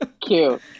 Cute